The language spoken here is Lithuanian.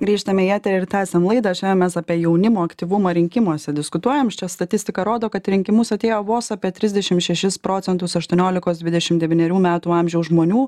grįžtame į eterį ir tęsiam laidą šiandien mes apie jaunimo aktyvumą rinkimuose diskutuojam išties statistika rodo kad į rinkimus atėjo vos apie trisdešim šešis procentus aštuoniolikos dvidešim devynerių metų amžiaus žmonių